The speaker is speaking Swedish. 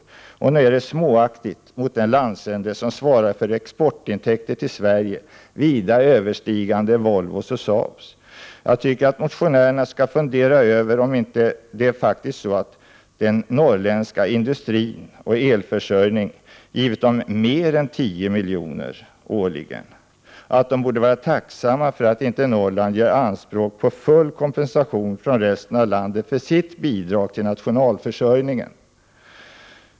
Nog är det småaktigt mot den landsända som svarar för exportintäkter till Sverige vida överstigande Volvos och Saabs? Jag tycker att motionärerna skall fundera över om det faktiskt inte är så att den norrländska industrin och elförsörjningen givit landet mer än tio miljoner. De borde vara tacksamma för att inte Norrland gör anspråk på full kompensation från resten av landet för sitt bidrag till nationalförsörjningen.